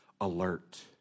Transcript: alert